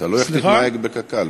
תלוי איך תתנהג בקק"ל.